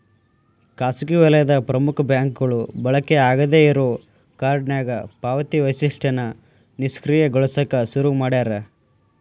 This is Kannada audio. ಖಾಸಗಿ ವಲಯದ ಪ್ರಮುಖ ಬ್ಯಾಂಕ್ಗಳು ಬಳಕೆ ಆಗಾದ್ ಇರೋ ಕಾರ್ಡ್ನ್ಯಾಗ ಪಾವತಿ ವೈಶಿಷ್ಟ್ಯನ ನಿಷ್ಕ್ರಿಯಗೊಳಸಕ ಶುರು ಮಾಡ್ಯಾರ